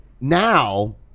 now